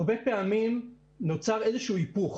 הרבה פעמים נוצר איזשהו היפוך.